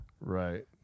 Right